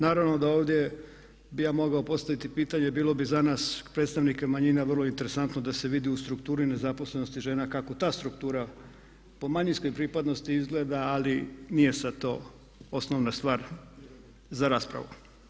Naravno da ovdje bih ja mogao postaviti pitanje bilo bi za nas predstavnike manjina vrlo interesantno da se vidi u strukturi nezaposlenosti žena kako ta struktura po manjinskoj pripadnosti izgleda ali nije sad to osnovna stvar za raspravu.